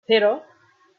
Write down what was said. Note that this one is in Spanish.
cero